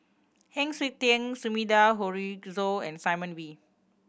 Heng Siok Tian Sumida Haruzo and Simon Wee